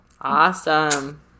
Awesome